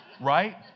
right